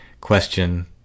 question